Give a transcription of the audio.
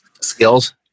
skills